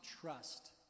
trust